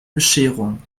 bescherung